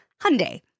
Hyundai